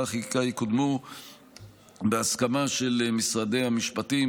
החקיקה יקודמו בהסכמה של משרדי המשפטים,